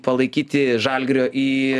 palaikyti žalgirio į